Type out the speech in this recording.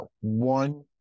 one